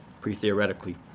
pre-theoretically